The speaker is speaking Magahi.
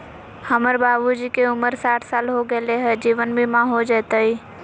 हमर बाबूजी के उमर साठ साल हो गैलई ह, जीवन बीमा हो जैतई?